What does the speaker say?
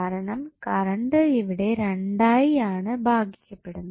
കാരണം കറണ്ട് ഇവിടെ രണ്ടായി ആണ് ഭാഗികപ്പെടുന്നത്